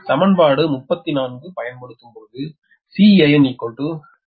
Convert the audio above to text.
பிறகு சமன்பாடு 34பயன்படுத்தும் பொழுது Can0